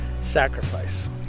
sacrifice